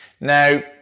Now